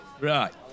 Right